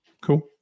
Cool